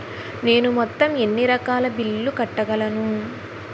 నేను మొత్తం ఎన్ని రకాల బిల్లులు కట్టగలను?